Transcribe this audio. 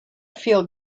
feel